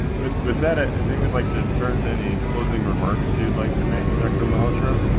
with that ah i think we'd like to turn to any closing remarks you'd like to make, dr. malhotra,